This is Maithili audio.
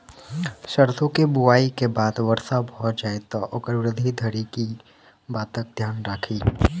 सैरसो केँ बुआई केँ बाद वर्षा भऽ जाय तऽ ओकर वृद्धि धरि की बातक ध्यान राखि?